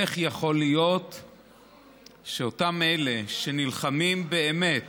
איך יכול להיות שאותם אלה שנלחמים באמת